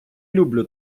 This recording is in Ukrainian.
люблю